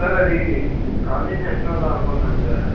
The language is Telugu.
సార్ అది కాలేజీ జాయిన్ అవుదాం అనుకుంటున్నాను సర్